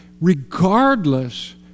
regardless